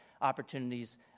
opportunities